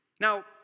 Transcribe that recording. Now